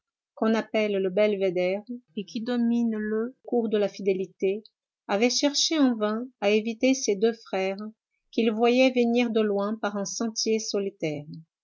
qu'on appelle le belvédère et qui domine le cours de la fidélité avait cherché en vain à éviter ses deux frères qu'il voyait venir de loin par un sentier solitaire